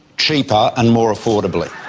cheaper and more affordably.